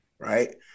right